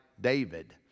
David